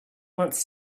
wants